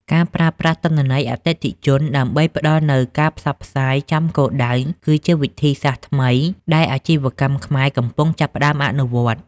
ការប្រើប្រាស់ទិន្នន័យអតិថិជន ដើម្បីផ្ដល់នូវការផ្សព្វផ្សាយចំគោលដៅ គឺជាវិធីសាស្ត្រថ្មីដែលអាជីវកម្មខ្មែរកំពុងចាប់ផ្ដើមអនុវត្ត។